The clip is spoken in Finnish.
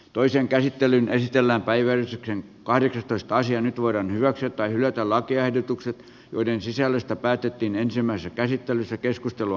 toisen käsittelyn esitellään päiväysten kahdeksitoista nyt voidaan hyväksyä tai hylätä lakiehdotukset joiden sisällöstä päätettiin ensimmäisessä käsittelyssä keskustelu